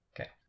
okay